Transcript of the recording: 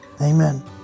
amen